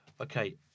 okay